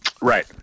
Right